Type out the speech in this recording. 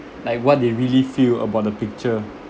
like what they really feel about the picture